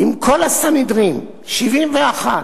אם כל הסנהדרין, 71,